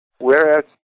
whereas